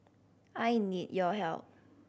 I need your help